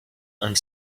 and